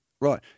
Right